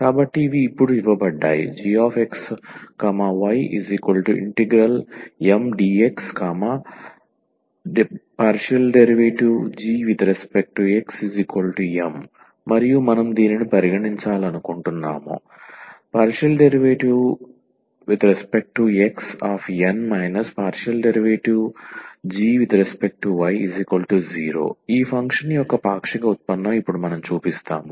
కాబట్టి ఇవి ఇప్పుడు ఇవ్వబడ్డాయి gxy∫Mdx ∂g∂xM మరియు మనం దీనిని పరిగణించాలనుకుంటున్నాము ∂xN ∂g∂y0 ఈ ఫంక్షన్ యొక్క పాక్షిక ఉత్పన్నం ఇప్పుడు మనం చూపిస్తాము